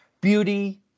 beauty